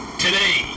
Today